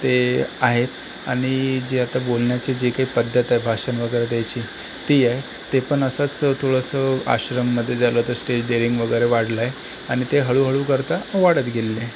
ते आहेत आणि जे आता बोलण्याची जी काही पद्धत आहे भाषण वगैरे द्यायची ती आहे ते पण असंच थोडंसं आश्रममध्ये झालं तर स्टेज डेरिंग वगैरे वाढलंय आणि ते हळूहळू करता वाढत गेलेलं आहे